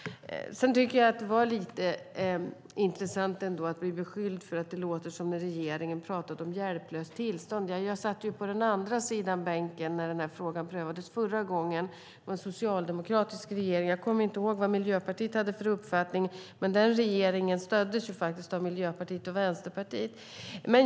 Sedan tycker jag att det var lite intressant att bli beskylld för att det låter som när regeringen har talat om hjälplöst tillstånd. Jag satt på den andra sidan bänken när den här frågan prövades förra gången. Då var det en socialdemokratisk regering. Jag kommer inte ihåg vad Miljöpartiet hade för uppfattning, men den regeringen stöddes faktiskt av Miljöpartiet och Vänsterpartiet.